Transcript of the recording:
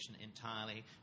entirely